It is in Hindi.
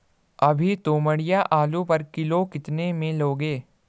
अभी तोमड़िया आलू पर किलो कितने में लोगे?